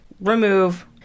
Remove